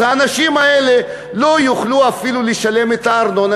האנשים האלה לא יוכלו אפילו לשלם את הארנונה,